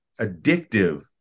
addictive